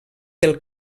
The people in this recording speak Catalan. del